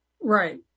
Right